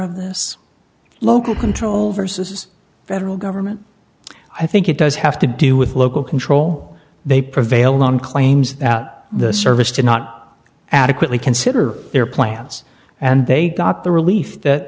of this local control versus federal government i think it does have to do with local control they prevailed on claims that the service did not adequately consider their plans and they got the relief that